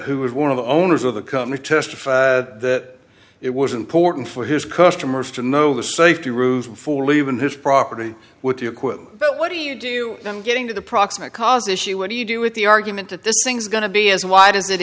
who was one of the owners of the comer testify that it was important for his customers to know the safety rules before leaving his property with the equipment what do you do with them getting to the proximate cause issue what do you do with the argument that this things going to be as wide as it